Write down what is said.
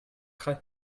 craie